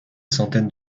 centaines